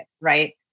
right